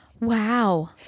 Wow